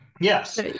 Yes